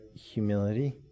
humility